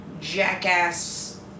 jackass